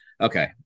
Okay